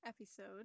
episode